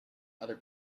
other